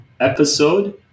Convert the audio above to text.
episode